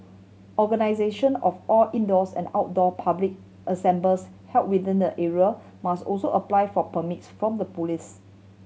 organization of all indoors and outdoor public assemblies held within the area must also apply for permits from the police